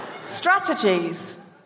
strategies